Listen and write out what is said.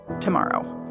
tomorrow